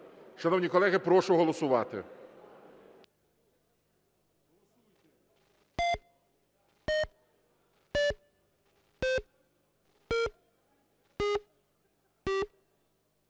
Шановні колеги, прошу голосувати.